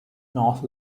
north